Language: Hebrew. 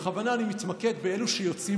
בכוונה אני מתמקד באלה שיוצאים